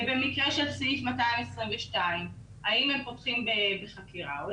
במקרה של סעיף 222, האם הם פותחים בחקירה או לא.